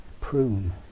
prune